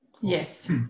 Yes